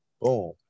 boom